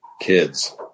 kids